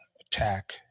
attack